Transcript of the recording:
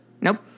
Nope